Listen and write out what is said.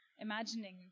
imagining